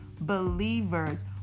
believers